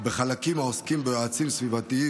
ובחלקים העוסקים ביועצים סביבתיים